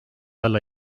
alla